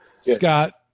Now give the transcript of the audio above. Scott